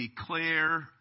declare